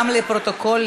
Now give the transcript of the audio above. גם לפרוטוקול,